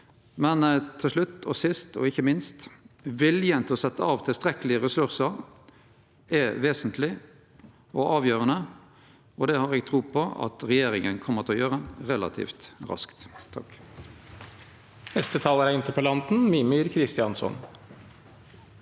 Men til slutt og sist og ikkje minst: Viljen til å setje av tilstrekkelege ressursar er vesentleg og avgjerande. Det har eg tru på at regjeringa kjem til å gjere relativt raskt. Mímir